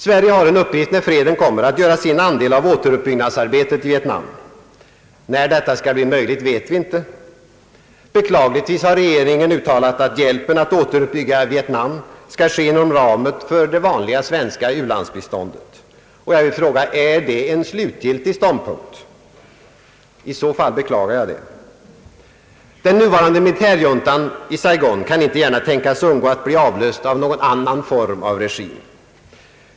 Sverige har en uppgift då freden slutits, nämligen att göra sin andel av återuppbyggnadsarbetet. När detta skall bli möjligt vet vi inte. Beklagligtvis har regeringen uttalat att hjälpen att återuppbygga Vietnam skall ges inom ramen för det vanliga svenska u-landsbiståndet. Jag vill fråga: Är det en slutgiltig ståndpunkt? I så fall beklagar jag det. Den nuvarande militärjuntan i Saigon kan inte gärna tänkas undgå att bli avlöst av någon annan form av regim.